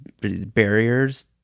barriers